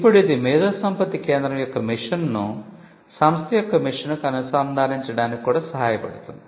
ఇప్పుడు ఇది మేధోసంపత్తి కేంద్రం యొక్క మిషన్ను సంస్థ యొక్క మిషన్కు అనుసంధానించడానికి కూడా సహాయపడుతుంది